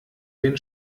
den